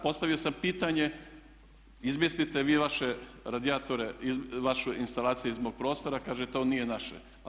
Postavio sam pitanje izmjestite vi vaše radijatore, vaše instalacije iz mog prostora, kažu to nije naše.